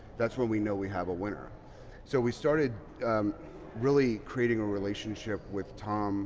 that's when we know we have a winner so we started really creating a relationship with tom